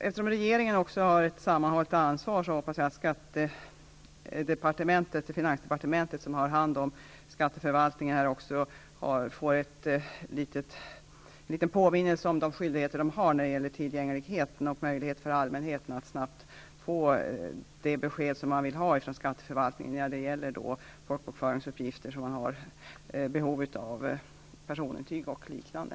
Eftersom regeringen har ett sammanhållet ansvar hoppas jag att finansdepartementet, som har hand om skatteförvaltningen, får en liten påminnelse om de skyldigheter som det har för tillgängligheten och för allmänhetens möjligheter att snabbt få de besked som den vill ha från skatteförvaltningen när det gäller folkbokföringsuppgifter, personintyg och liknande.